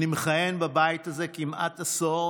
אני מכהן בבית הזה כמעט עשור,